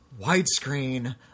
widescreen